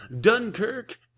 dunkirk